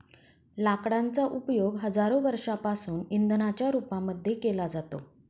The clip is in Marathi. लाकडांचा उपयोग हजारो वर्षांपासून इंधनाच्या रूपामध्ये केला जात आहे